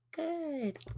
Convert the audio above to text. Good